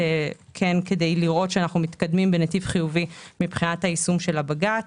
כדי לראות שאנו מתקדמים בנתיב חיובי מבחינת יישום הבג"ץ.